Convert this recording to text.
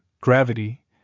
gravity